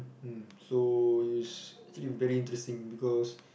mm so you actually very interesting because